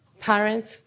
parents